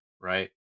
right